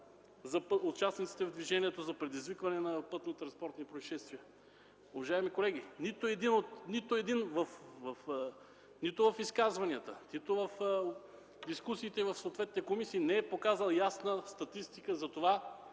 за участниците в движението за предизвикване на пътнотранспортни произшествия. Уважаеми колеги, нито един в изказванията си по време на дискусиите в съответните комисии не е показал ясна статистика каква